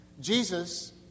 Jesus